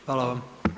Hvala vam.